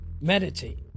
meditate